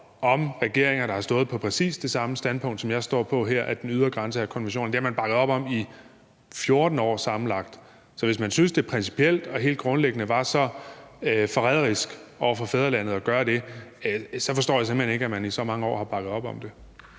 om regeringer, der har stået på præcis det samme standpunkt, som jeg står på her, nemlig at den ydre grænse er konventionerne. Det har man bakket op om i 14 år sammenlagt. Så hvis man synes, det principielt og helt grundlæggende var så forræderisk over for fædrelandet at gøre det, så forstår jeg simpelt hen ikke, at man i så mange år har bakket op om det.